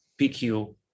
PQ